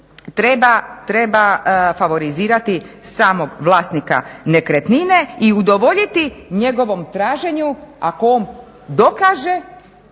treba favorizirati samog vlasnika nekretnine i udovoljiti njegovom traženju ako on dokaže